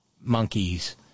monkeys